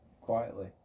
Quietly